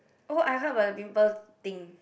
oh I heard about the pimple thing